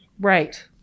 Right